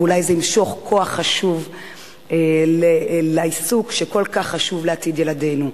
ואולי זה ימשוך כוח חשוב לעיסוק שכל כך חשוב לעתיד ילדינו.